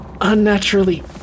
unnaturally